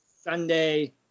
Sunday